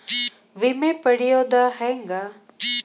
ವಿಮೆ ಪಡಿಯೋದ ಹೆಂಗ್?